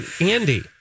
Andy